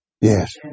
yes